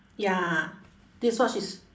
ya that's what she s~